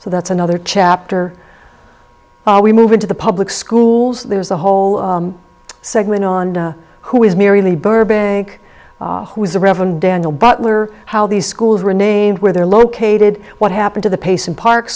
so that's another chapter we move into the public schools there's a whole segment on who is mary lee burbank who is the reverend daniel butler how these schools were named where they're located what happened to the pace of park